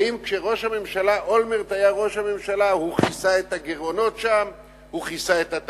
האם כשראש הממשלה אולמרט היה ראש הממשלה הוא כיסה את הגירעונות שם?